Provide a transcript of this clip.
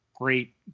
great